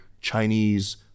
Chinese